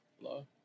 Hello